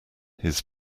his